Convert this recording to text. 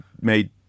made